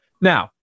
Now